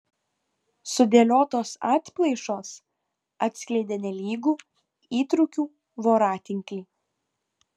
sudėliotos atplaišos atskleidė nelygų įtrūkių voratinklį